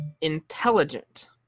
intelligent